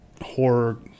horror